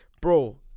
Bro